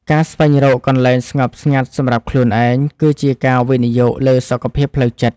ការស្វែងរកកន្លែងស្ងប់ស្ងាត់សម្រាប់ខ្លួនឯង គឺជាការវិនិយោគលើសុខភាពផ្លូវចិត្ត។